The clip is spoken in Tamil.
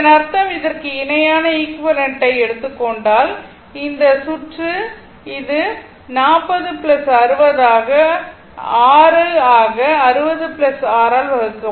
இதன் அர்த்தம் இதற்கு இணையான ஈக்விவலெண்ட் ஐ எடுத்துக் கொண்டால் இந்த சுற்று இது 40 60 ஆக 6 ஆக 60 6 ஆல் வகுக்கப்படும்